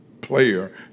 player